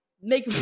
make